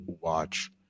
watch